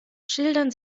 schildern